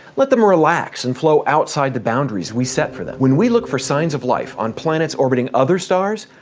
let them relax and flow outside the boundaries we set for them. when we look for signs of life on planets orbiting other stars,